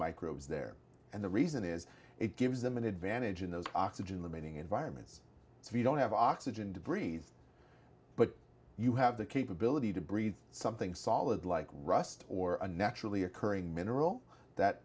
microbes there and the reason is it gives them an advantage in those oxygen remaining environments if you don't have oxygen to breathe but you have the capability to breed something solid like rust or a naturally occurring mineral that